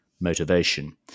motivation